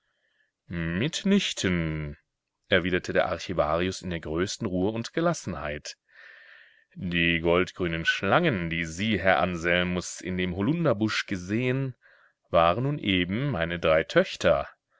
nichten erwiderte der archivarius in der größten ruhe und gelassenheit die goldgrünen schlangen die sie herr anselmus in dem holunderbusch gesehen waren nun eben meine drei töchter